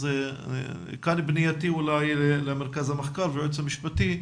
אז כאן פנייתי אולי למרכז המחקר והייעוץ המשפטי,